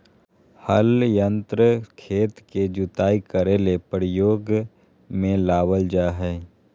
हल यंत्र खेत के जुताई करे ले प्रयोग में लाबल जा हइ